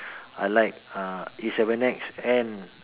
I like uh A-seven-X and